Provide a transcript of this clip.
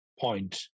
point